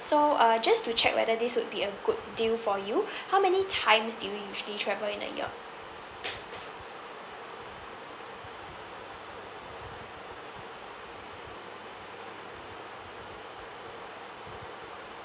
so uh just to check whether this would be a good deal for you how many times do you usually travel in a year